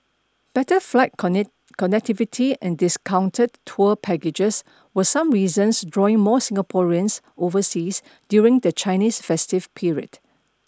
better flight connectivity and discounted tour packages were some reasons drawing more Singaporeans overseas during the Chinese festive period